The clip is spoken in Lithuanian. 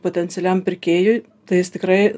potencialiam pirkėjui tai jis tikrai